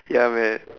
ya man